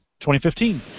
2015